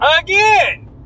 Again